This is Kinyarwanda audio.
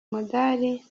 umudali